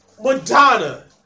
Madonna